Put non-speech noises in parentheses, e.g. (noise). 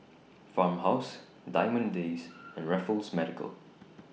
Farmhouse Diamond Days (noise) and Raffles Medical